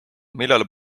millal